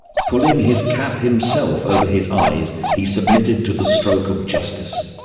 pulling his cap himself over his eyes, he submitted to the stroke of justice.